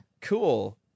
cool